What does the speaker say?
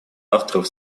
авторов